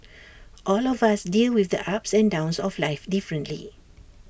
all of us deal with the ups and downs of life differently